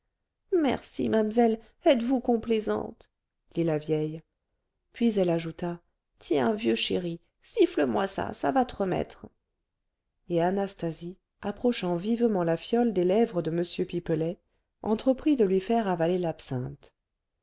merci mam'zelle êtes-vous complaisante dit la vieille puis elle ajouta tiens vieux chéri siffle moi ça ça va te remettre et anastasie approchant vivement la fiole des lèvres de m pipelet entreprit de lui faire avaler l'absinthe